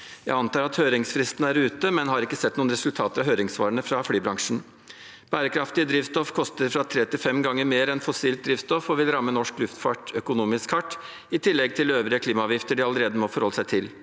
Jeg antar at høringsfristen er ute, men har ikke sett noen resultater av høringssvarene fra flybransjen. Bærekraftig drivstoff koster tre–fem ganger mer enn fossilt drivstoff. Det vil ramme norsk luftfart hardt økonomisk og kommer i tillegg til øvrige klimaavgifter de allerede må forholde seg til.